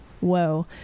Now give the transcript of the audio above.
whoa